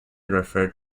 referred